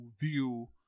view